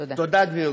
תודה, גברתי.